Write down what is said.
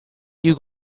you